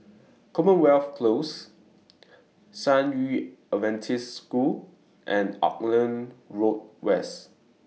Commonwealth Close San Yu Adventist School and Auckland Road West